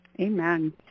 Amen